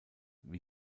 wie